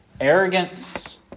Arrogance